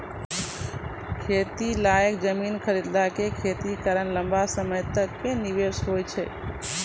खेती लायक जमीन खरीदी कॅ खेती करना लंबा समय तक कॅ निवेश होय छै